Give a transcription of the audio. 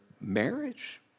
marriage